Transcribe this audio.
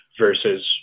versus